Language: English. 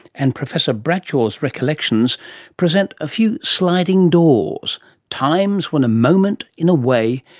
and professor bradshaw's recollections present a few sliding doors times when a moment, in a way,